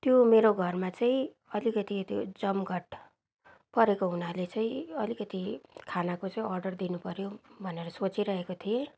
त्यो मेरो घरमा चाहिँ अलिकति त्यो जमघट परेको हुनाले चाहिँ अलिकति खानाको चाहिँ अर्डर दिनु पर्यो भनेर सोचिरहेको थिएँ